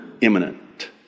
imminent